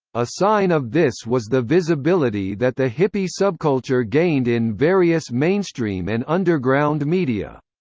a sign of this was the visibility that the hippie subculture gained in various mainstream and underground media.